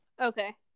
Okay